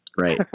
right